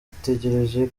itegereje